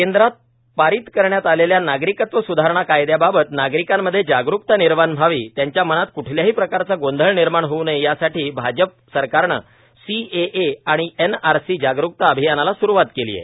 केंद्रात पारित करण्यात आलेल्या नागरिकत्व सुधारणा कायदयाच्याबाबत नागरिकांमध्ये जागरूकता निर्माण व्हावी त्यांच्या मनात क्ठल्याही प्रकारचा गोंधळ निर्माण होऊ नये यासाठी भाजप सरकारने सीएए आणि एनआरसी जागरुकता अभियानाला सुरुवात केली आहे